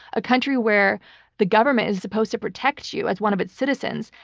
a country where the government is supposed to protect you as one of its citizens,